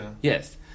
Yes